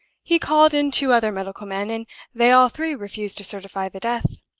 he called in two other medical men, and they all three refused to certify the death.